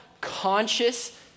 conscious